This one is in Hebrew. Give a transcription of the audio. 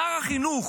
שר החינוך